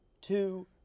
two